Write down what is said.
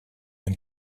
and